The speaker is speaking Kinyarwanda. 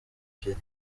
ebyiri